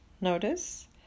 notice